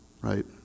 right